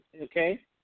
okay